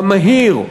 המהיר,